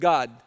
God